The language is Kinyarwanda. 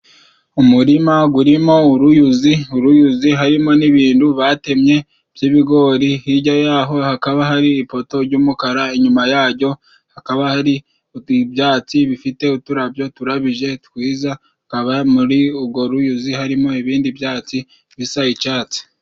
Umurima gurimo uruyuzi, uruyuzi harimo n'ibintu batemye by'ibigori, hijya y'aho hakaba hari ipoto jy'umukara, inyuma yajyo hakaba hari ibyatsi bifite uturabyo turabije twiza, kaba muri ugwo ruyuzi harimo ibindi byatsi bisa icatsi.